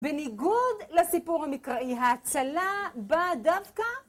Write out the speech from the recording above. בניגוד לסיפור המקראי, האצלה באה דווקא